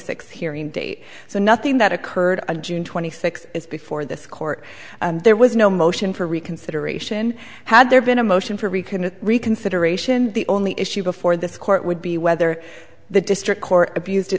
six hearing date so nothing that occurred on june twenty sixth is before this court there was no motion for reconsideration had there been a motion for reconnect reconsideration the only issue before this court would be whether the district court abused